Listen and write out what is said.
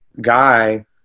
guy